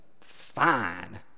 fine